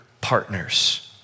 partners